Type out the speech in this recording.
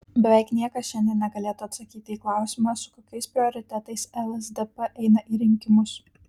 beveik niekas šiandien negalėtų atsakyti į klausimą su kokiais prioritetais lsdp eina į rinkimus